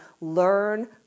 learn